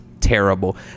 terrible